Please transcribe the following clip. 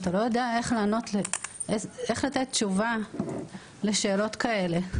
אתה לא יודע איך לתת תשובה לשאלות כאלה.